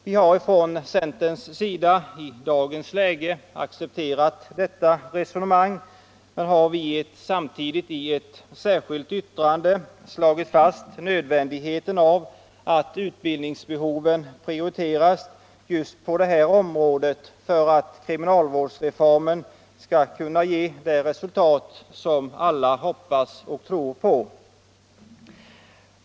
Vi har från centerns sida i dagens läge accepterat detta resonemang men har samtidigt i ett särskilt yttrande slagit fast nödvändigheten av att utbildningsbehoven prioriteras just på det här området för att kriminalvårdsreformen skall kunna ge det resultat som alla hoppas och tror på.